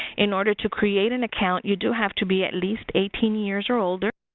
in order to create an account you do have to be at least eighteen years or older,